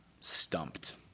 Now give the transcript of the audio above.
stumped